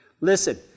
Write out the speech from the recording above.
Listen